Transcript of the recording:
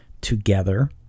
together